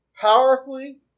powerfully